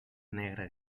negre